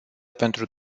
pentru